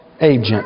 agent